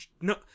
No